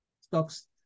stocks